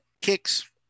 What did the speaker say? kicks